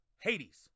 Hades